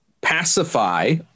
pacify